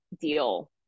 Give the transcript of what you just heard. deal